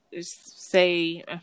say